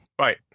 Right